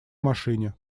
машине